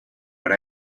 but